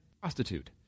prostitute